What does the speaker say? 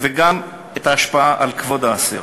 וגם ההשפעה על כבוד האסיר,